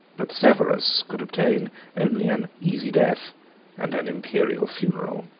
but severus, could obtain only an easy death and an imperial funeral.